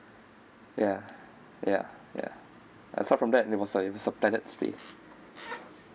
ya ya ya aside from that it was a it was a splendid stay